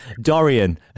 Dorian